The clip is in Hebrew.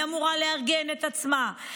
היא אמורה לארגן את עצמה,